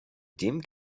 dem